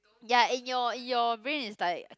ya and your and your brain is like